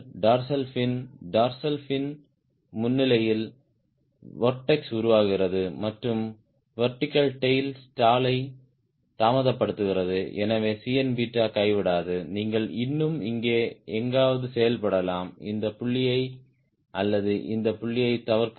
dorsal fin dorsal fin முன்னிலையில் vortex உருவாகிறது மற்றும் வெர்டிகல் டேய்ல் ஸ்டாலை தாமதப்படுத்துகிறது எனவே Cn கைவிடாது நீங்கள் இன்னும் இங்கே எங்காவது செயல்படலாம் இந்த புள்ளியை அல்லது இந்த புள்ளியைத் தவிர்க்கவும்